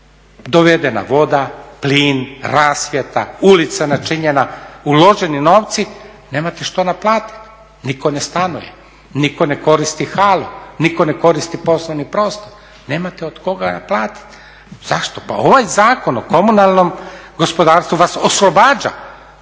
Dovedena voda, plin, rasvjeta, ulica načinjena, uloženi novci, nemate što naplatiti, nitko ne stanuje, nitko ne koristi halu, nitko ne koristi poslovni prostor, nemate od koga naplatiti. Zašto? Pa ovaj Zakon o komunalnom gospodarstvu vas oslobađa,